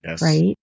right